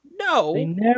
No